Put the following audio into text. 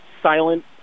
silent